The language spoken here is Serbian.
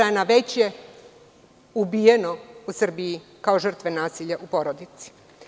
Već je 38 žena ubijeno u Srbiji kao žrtve nasilja u porodici.